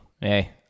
hey